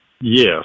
Yes